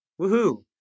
Woohoo